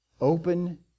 Open